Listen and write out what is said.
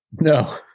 no